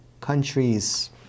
countries